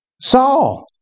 Saul